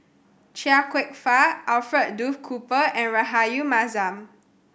Chia Kwek Fah Alfred Duff Cooper and Rahayu Mahzam